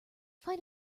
find